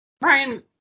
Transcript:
Brian